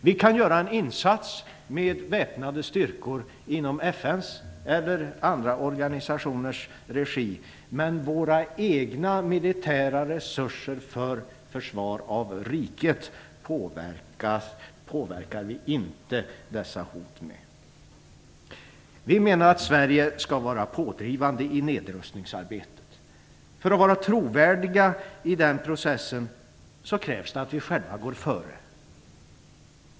Vi kan göra en insats med väpnade styrkor i FN:s eller andra organisationernas regi, men med våra egna militära resurser för försvar av riket påverkar vi inte dessa hot. Vi menar att Sverige skall vara pådrivande i nedrustningsarbetet. För att vara trovärdiga i den processen krävs det att vi själva går före.